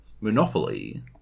monopoly